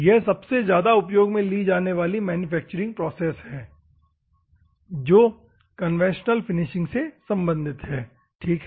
यह सबसे ज्यादा उपयोग में ली जाने वाली मैन्युफैक्चरिंग प्रोसेस है जो कन्वेंशनल फिनिशिंग से संबंधित है ठीक है